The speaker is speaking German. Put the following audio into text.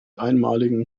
einmaligen